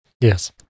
Yes